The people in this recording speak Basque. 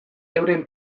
euren